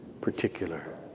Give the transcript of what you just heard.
particular